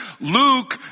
Luke